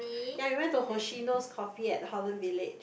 yea we went to Hoshino-Coffee at Holland-Village